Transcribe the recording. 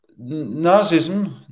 Nazism